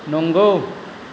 नंगौ